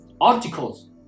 Articles